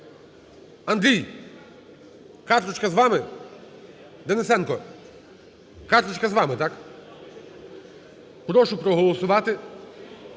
Андрій, карточка з вами? Денисенко, карточка з вами, так? Прошу проголосувати